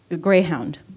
Greyhound